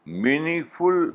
meaningful